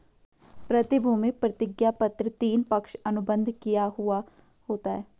प्रतिभूति प्रतिज्ञापत्र तीन, पक्ष अनुबंध किया हुवा होता है